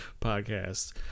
Podcast